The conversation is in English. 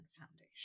Foundation